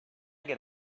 get